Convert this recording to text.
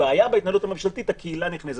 בעיה בהתנהלות הממשלתית הקהילה נכנסת.